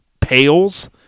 pails